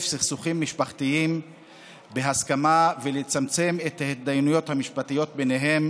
סכסוכים משפחתיים בהסכמה ולצמצם את ההתדיינויות המשפטיות ביניהם